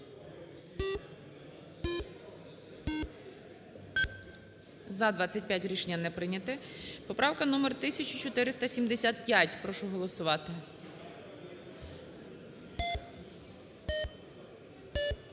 За-25 Рішення не прийняте. Поправка номер 1475. Прошу голосувати.